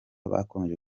bakomeje